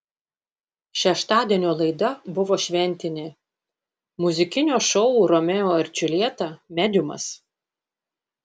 šeštadienio laida buvo šventinė muzikinio šou romeo ir džiuljeta mediumas